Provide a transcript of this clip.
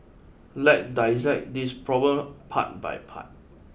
let's dissect this problem part by part